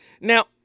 Now